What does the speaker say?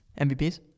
MVPs